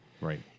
Right